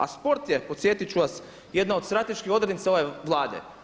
A sport je podsjetiti ću vas jedna od strateških odrednica ove Vlade.